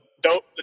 dope